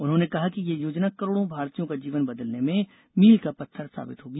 उन्होंने कहा कि यह योजना करोड़ों भारतीयों का जीवन बदलने में मील का पत्थर साबित होगी